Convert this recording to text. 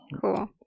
Cool